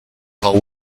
while